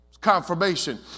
Confirmation